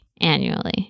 annually